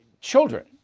children